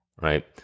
right